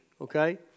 okay